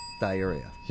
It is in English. diarrhea